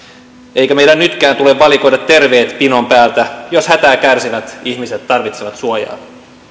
eikä meidän nytkään tule valikoida terveitä pinon päältä jos hätää kärsivät ihmiset tarvitsevat suojaa